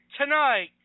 tonight